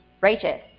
righteous